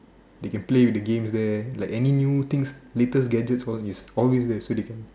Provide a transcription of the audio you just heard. they play with the games there like any new things latest gadgets for is always there is so they can